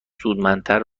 سودمندتر